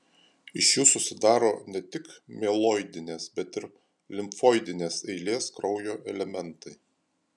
iš jų susidaro ne tik mieloidinės bet ir limfoidinės eilės kraujo elementai